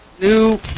new